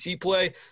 play